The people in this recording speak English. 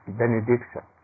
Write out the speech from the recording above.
benediction